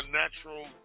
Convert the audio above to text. natural